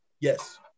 Yes